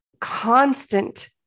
constant